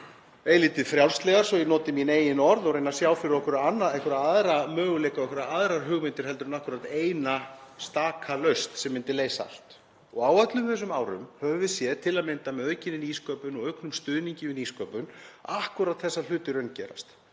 eilítið frjálslegar, svo að ég noti mín eigin orð, og reyna að sjá fyrir okkur einhverja aðra möguleika og einhverjar aðrar hugmyndir en akkúrat eina staka lausn sem myndi leysa allt. Og á öllum þessum árum höfum við séð, til að mynda með aukinni nýsköpun og auknum stuðningi við nýsköpun, akkúrat þessa hluti raungerast.